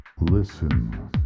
listen